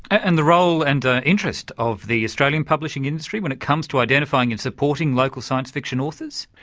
and the role and the interest of the australian publishing industry when it comes to identifying and supporting local science fiction authors?